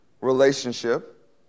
relationship